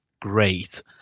great